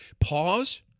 pause